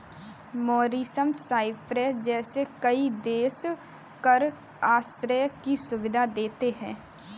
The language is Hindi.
मॉरीशस, साइप्रस जैसे कई देश कर आश्रय की सुविधा देते हैं